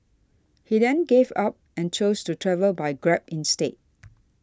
he then gave up and chose to travel by Grab instead